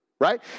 right